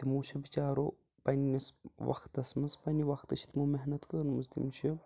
تِمو چھِ بِچارو پنٛنِس وَقتَس منٛز پنٛنہِ وَقتہٕ چھِ تِمو محنت کٔرمٕژ تِم چھِ